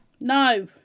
No